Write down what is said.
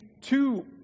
two